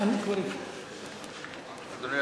אדוני